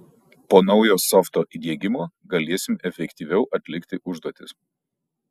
po naujo softo įdiegimo galėsim efektyviau atlikti užduotis